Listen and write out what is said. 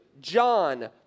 John